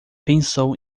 pensou